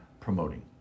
promoting